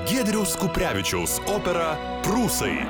giedriaus kuprevičiaus operą prūsai